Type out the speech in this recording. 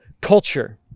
culture